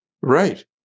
Right